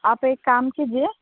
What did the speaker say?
आप एक कम कीजिए